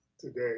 Today